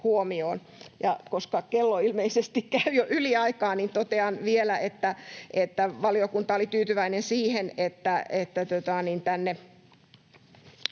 koputtaa] Koska kello ilmeisesti käy jo yliaikaa, niin totean vielä, että valiokunta oli tyytyväinen siihen, että